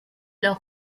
leur